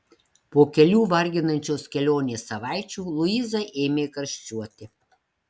po kelių varginančios kelionės savaičių luiza ėmė karščiuoti